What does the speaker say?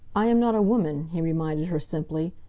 i am not a woman, he reminded her simply.